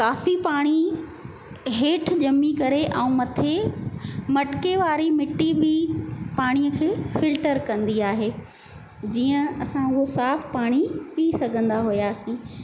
काफ़ी पाणी हेठि ॼमी करे ऐं मथे मटिके वारी मिटी बि पाणीअ खे फिल्टर कंदी आहे जीअं असां उहो साफ़ु पाणी पी सघंदा हुयासीं